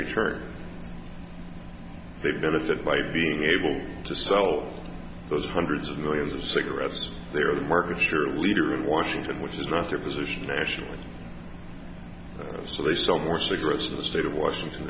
return they benefit by being able to sell those hundreds of millions of cigarettes there the market share leader in washington which is not their position nationally so they sell more cigarettes to the state of washington